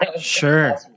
Sure